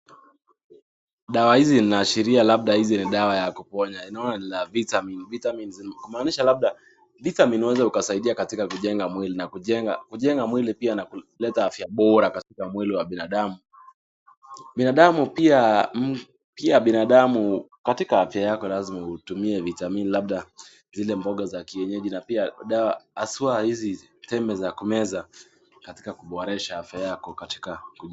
Dawa hizi zinaashiria labda hizi ni dawa ya kuponya. Unaona ni vitamin kumaanisha labda vitamin husaidia katika kujenga mwili na kuleta afya bora katika mwili wa binadamu. Binadamu pia, pia binadamu katika afya yako lazima utumie vitamin labda zile mboga za kienyeji labda haswa tembe za kumeza katika kuboresha afya yako. katika